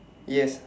yes